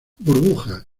burbuja